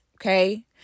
Okay